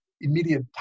immediate